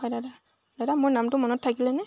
হয় দাদা দাদা মোৰ নামটো মনত থাকিলেনে